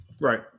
right